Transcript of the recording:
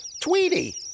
Tweety